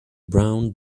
brown